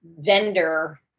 vendor